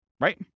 Right